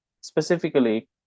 specifically